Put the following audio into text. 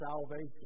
salvation